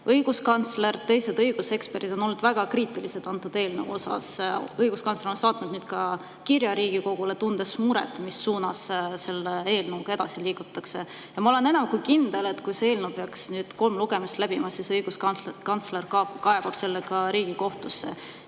Õiguskantsler ja teised õiguseksperdid on olnud selle eelnõu suhtes väga kriitilised. Õiguskantsler on saatnud ka kirja Riigikogule, tundes muret, mis suunas selle eelnõuga edasi liigutakse. Ma olen enam kui kindel, et kui see eelnõu peaks nüüd kolm lugemist läbima, siis õiguskantsler kaebab selle Riigikohtusse.